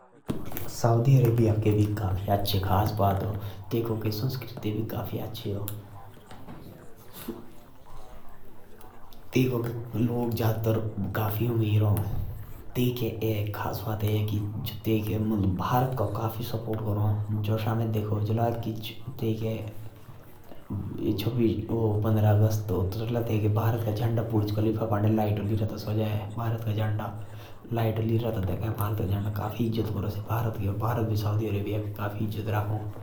Saudi Arabia के भी काफी अच्छा बात आ। ताइकाके संस्कृति काफी अच्छा आ। ताइका के लोग काफी अमीर हौं। भारत का पूरा सपोर्ट करा।